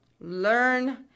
learn